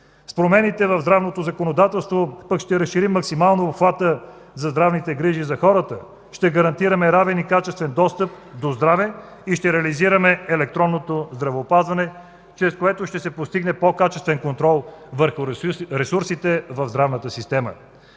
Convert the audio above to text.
С промените в здравното законодателство пък ще разширим максимално обхвата на здравните грижи за хората, ще гарантираме равен и качествен достъп до здраве и ще реализираме електронното здравеопазване, чрез което ще се постигне по-качествен контрол върху ресурсите в здравната система.